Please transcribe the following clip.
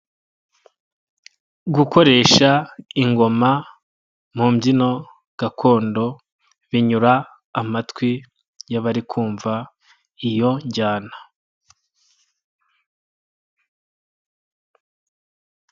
Gukoresha ingoma mu mbyino gakondo binyura amatwi y'abari kumva iyo njyana.